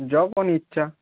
যখন ইচ্ছা